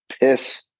piss